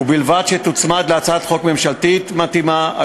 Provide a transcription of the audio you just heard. ובלבד שתוצמד להצעת חוק ממשלתית מתאימה,